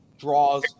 draws